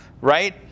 Right